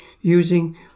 using